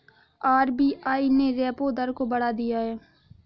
RBI ने repo दर को बढ़ा दिया है